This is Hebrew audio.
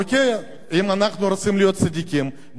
אם אנחנו רוצים להיות צדיקים, בוא ונעשה את זה.